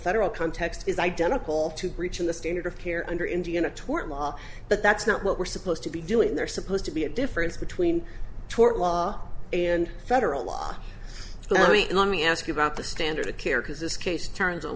federal context is identical to breaching the standard of care under indiana tort law but that's not what we're supposed to be doing there supposed to be a difference between tort law and federal law let me ask you about the standard of care because this case turns on